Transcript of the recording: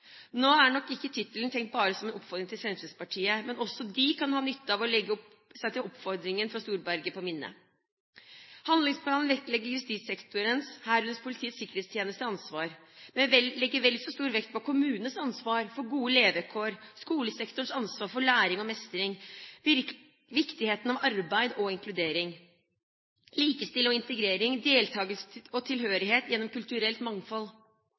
Nå er nok ikke tittelen tenkt bare som en oppfordring til Fremskrittspartiet, men også de kan ha nytte av å legge seg oppfordringen fra Storberget på minne. Handlingsplanen vektlegger justissektorens ansvar, herunder Politiets sikkerhetstjenestes, men legger vel så stor vekt på kommunenes ansvar for gode levekår, skolesektorens ansvar for læring og mestring, viktigheten av arbeid og inkludering, likestilling og integrering og deltakelse og tilhørighet gjennom kulturelt mangfold.